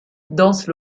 dansent